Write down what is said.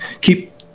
keep